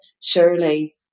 surely